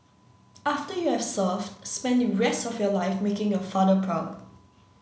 after you have served spend the rest of your life making your father proud